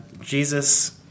Jesus